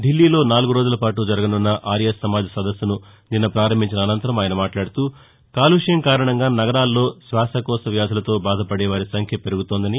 ఢిల్లీలో నాలుగు రోజులపాటు జరగనున్న ఆర్య సమాజ్ సదస్సును నిన్న పారంభించిన అనంతరం ఆయన మాట్లాడుతూ కాలుష్యం కారణంగా నగరాల్లో శ్వాసకోస వ్యాధులతో బాధపదే వారి సంఖ్య పెరుగుతోందని